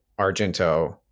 Argento